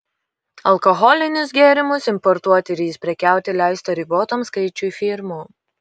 alkoholinius gėrimus importuoti ir jais prekiauti leista ribotam skaičiui firmų